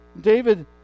David